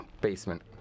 basement